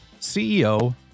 CEO